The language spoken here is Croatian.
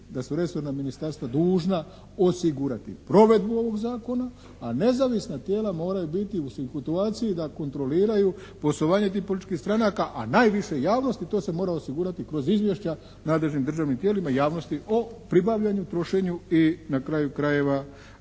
da su resorna ministarstva dužna osigurati provedbu ovog zakona, a nezavisna tijela moraju biti u situaciji da kontroliraju poslovanje tih političkih stranaka a najviše javnosti, to se mora osigurati kroz izvješća nadležnim državnim tijelima i javnosti o pribavljanju, trošenju i na kraju krajeva